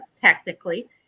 technically